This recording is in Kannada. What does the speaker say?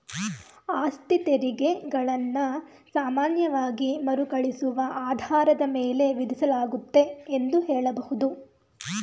ಆಸ್ತಿತೆರಿಗೆ ಗಳನ್ನ ಸಾಮಾನ್ಯವಾಗಿ ಮರುಕಳಿಸುವ ಆಧಾರದ ಮೇಲೆ ವಿಧಿಸಲಾಗುತ್ತೆ ಎಂದು ಹೇಳಬಹುದು